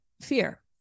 Fear